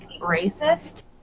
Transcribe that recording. racist